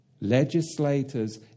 Legislators